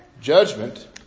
Judgment